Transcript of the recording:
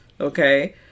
Okay